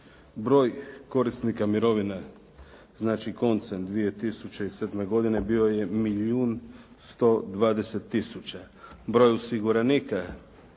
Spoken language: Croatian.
Broj korisnika mirovina znači koncem 2007. godine bio je milijun 120000. Broj osiguranika